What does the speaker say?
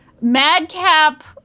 madcap